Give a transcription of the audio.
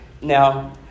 now